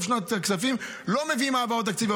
שנת כספים לא מביאים העברות תקציביות.